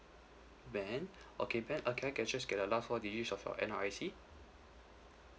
ben okay ben uh can I get just get your last four digits of your N_R_I_C